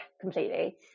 completely